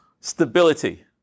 Stability